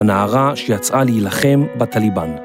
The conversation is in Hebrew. הנערה שיצאה להילחם בטליבאן.